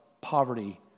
poverty